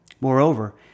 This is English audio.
Moreover